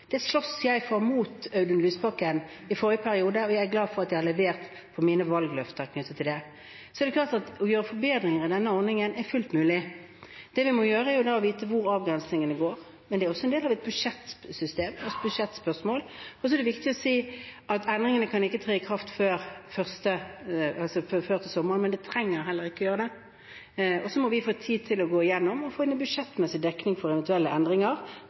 det sloss jeg for – mot Audun Lysbakken – i forrige periode, og jeg er glad for at jeg har levert på mine valgløfter knyttet til dette. Det er klart at å gjøre forbedringer i denne ordningen er fullt mulig. Det vi må gjøre, er å vite hvor avgrensningene går, men det er også del av et budsjettspørsmål. Det er viktig å si at endringene ikke kan tre i kraft før til sommeren, men det trenger de heller ikke å gjøre. Så må vi få tid til å gå igjennom og finne budsjettmessig dekning for eventuelle endringer,